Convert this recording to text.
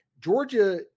Georgia